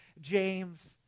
James